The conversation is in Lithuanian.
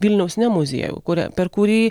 vilniaus ne muziejų kuria per kurį